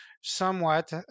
somewhat